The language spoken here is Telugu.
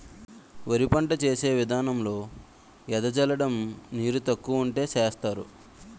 వరి పంట వేసే విదానంలో ఎద జల్లడం నీరు తక్కువ వుంటే సేస్తరు